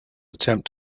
attempt